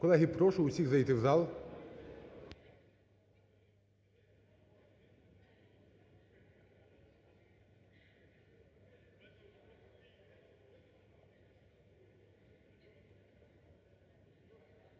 Колеги, прошу всіх зайти у зал.